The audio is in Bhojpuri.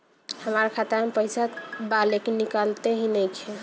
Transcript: हमार खाता मे पईसा बा लेकिन निकालते ही नईखे?